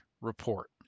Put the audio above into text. report